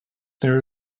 there